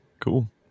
Cool